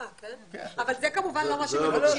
אבל זה כמובן לא מה שמבקשים.